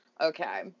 Okay